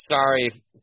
sorry